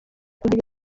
kugira